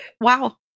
Wow